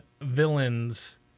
villains